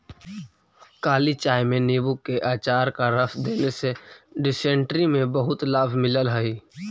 काली चाय में नींबू के अचार का रस देने से डिसेंट्री में बहुत लाभ मिलल हई